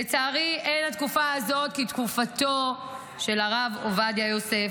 לצערי אין התקופה הזאת כתקופתו של הרב עובדיה יוסף.